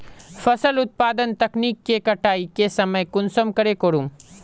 फसल उत्पादन तकनीक के कटाई के समय कुंसम करे करूम?